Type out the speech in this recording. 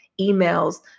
emails